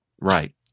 Right